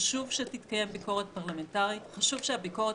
חשוב שתתקיים ביקורת פרלמנטרית, חשוב שהביקורת